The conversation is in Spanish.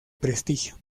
prestigio